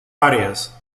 áreas